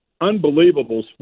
unbelievable